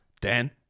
Dan